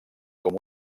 com